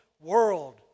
world